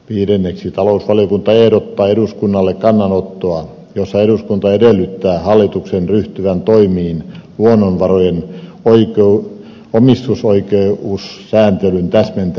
viidenneksi talousvaliokunta ehdottaa eduskunnalle kannanottoa jossa eduskunta edellyttää hallituksen ryhtyvän toimiin luonnonvarojen omistusoikeussääntelyn täsmentämiseksi